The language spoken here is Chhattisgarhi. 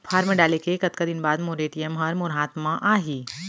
फॉर्म डाले के कतका दिन बाद मोर ए.टी.एम ह मोर हाथ म आही?